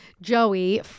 Joey